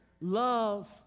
love